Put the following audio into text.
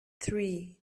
three